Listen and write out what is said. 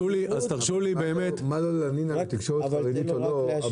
מה לו להלין על תקשורת חרדית או לא,